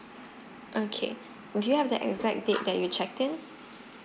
okay do you have the exact date that you checked in